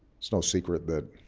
it's no secret that